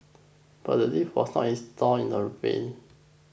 but the lift was not installed in the vain